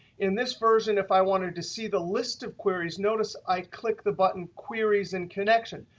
in this version if i wanted to see the list of queries, notice i click the button queries in connection.